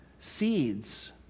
seeds